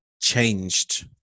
changed